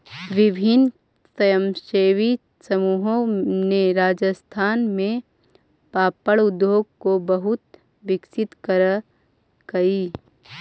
विभिन्न स्वयंसेवी समूहों ने राजस्थान में पापड़ उद्योग को बहुत विकसित करकई